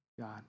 God